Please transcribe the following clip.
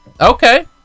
Okay